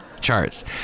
charts